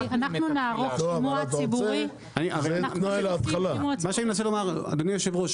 מה שאני מנסה לומר אדוני היושב ראש,